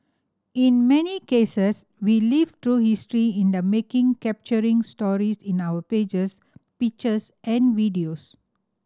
in many cases we live through history in the making capturing stories in our pages pictures and videos